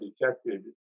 detected